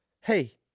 hey